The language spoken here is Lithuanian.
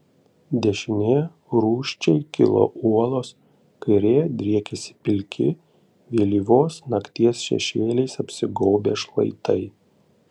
dešinėje rūsčiai kilo uolos kairėje driekėsi pilki vėlyvos nakties šešėliais apsigaubę šlaitai